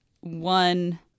one